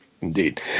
Indeed